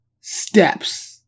steps